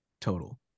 total